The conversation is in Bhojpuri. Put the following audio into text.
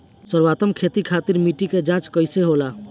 सर्वोत्तम खेती खातिर मिट्टी के जाँच कइसे होला?